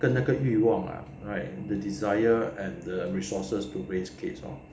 跟那个欲望啦 right the desire and the resources to raise kids lor